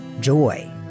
joy